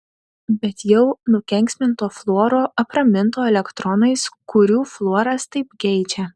bet jau nukenksminto fluoro apraminto elektronais kurių fluoras taip geidžia